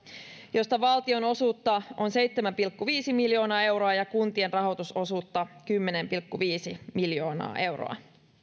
josta valtionosuutta on seitsemän pilkku viisi miljoonaa euroa ja kuntien rahoitusosuutta kymmenen pilkku viisi miljoonaa euroa